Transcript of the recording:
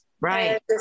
Right